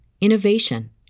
innovation